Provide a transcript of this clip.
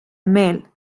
male